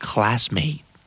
Classmate